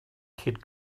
kid